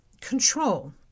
Control